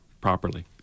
properly